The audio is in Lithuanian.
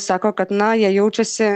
sako kad na jie jaučiasi